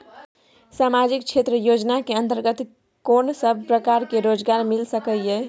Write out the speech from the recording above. सामाजिक क्षेत्र योजना के अंतर्गत कोन सब प्रकार के रोजगार मिल सके ये?